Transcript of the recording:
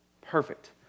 perfect